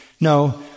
No